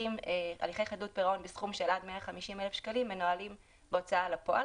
הליכי חדלות פירעון בסכום של עד 150,000 שקלים מנוהלים בהוצאה לפועל